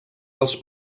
dels